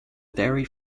dairy